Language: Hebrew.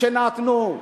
שנתנו,